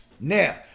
Now